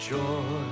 joy